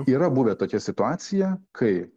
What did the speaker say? yra buvę tokia situacija kai